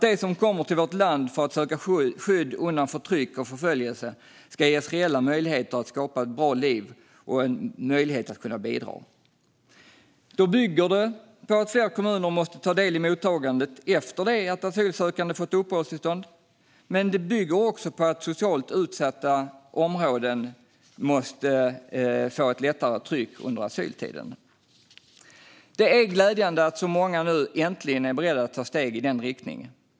De som kommer till vårt land för att söka skydd undan förtryck och förföljelse ska ges reella möjligheter att skapa ett bra liv och möjlighet att bidra. Detta bygger på att fler kommuner måste ta del i mottagandet efter det att asylsökande har fått uppehållstillstånd, men det bygger också på att socialt utsatta områden måste få ett lättare tryck under asyltiden. Det är glädjande att så många nu äntligen är beredda att ta steg i den riktningen.